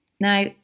Now